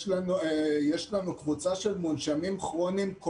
יש לנו קבוצה של מונשמים כרוניים,